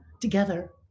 together